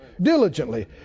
diligently